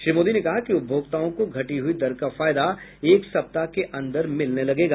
श्री मोदी ने कहा कि उपभोक्ताओं को घटी हुई दर का फायदा एक सप्ताह के अंदर मिलने लगेगा